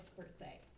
birthday